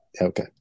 Okay